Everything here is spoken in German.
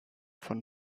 von